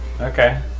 Okay